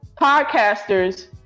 Podcasters